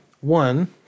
One